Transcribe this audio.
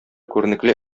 күренекле